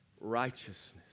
righteousness